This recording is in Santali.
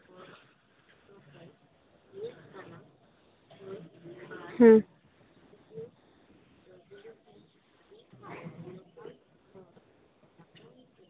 ᱦᱩᱸ